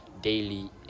daily